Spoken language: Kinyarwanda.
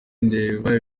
ndeba